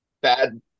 bad